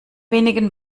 wenigen